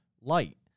light